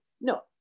no